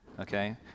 okay